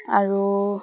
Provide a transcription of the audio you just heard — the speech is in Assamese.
আৰু